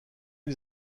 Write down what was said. les